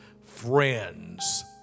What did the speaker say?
Friends